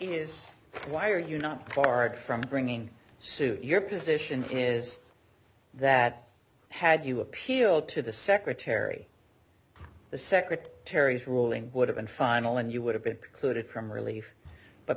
is why are you not far from bringing suit your position is that had you appealed to the secretary the secretary's ruling would have been final and you would have been precluded from relief but